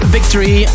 Victory